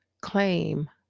claim